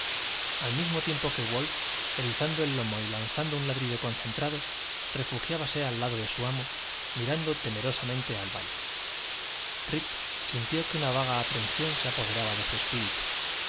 al mismo tiempo que wolf erizando el lomo y lanzando un ladrido concentrado refugiábase al lado de su amo mirando temerosamente al valle rip sintió que una vaga aprensión se apoderaba de su espíritu